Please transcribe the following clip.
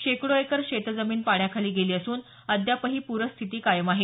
शेकडो एकर शेतजमीन पाण्याखाली गेली असून अद्यापही पूरस्थिती कायम आहे